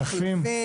מחלפים,